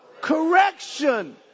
Correction